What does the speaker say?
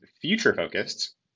future-focused